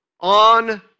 on